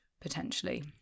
potentially